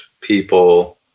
people